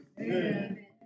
Amen